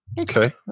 Okay